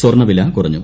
സ്വർണ്ണ വില കുറഞ്ഞു